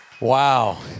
Wow